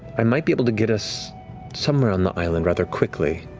i might be able to get us somewhere on the island rather quickly,